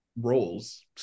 roles